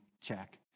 check